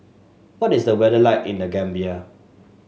what is the weather like in The Gambia